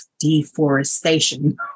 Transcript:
Deforestation